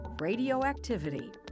radioactivity